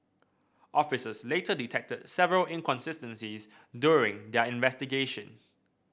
officers later detected several inconsistencies during their investigation